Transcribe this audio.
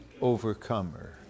overcomer